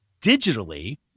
digitally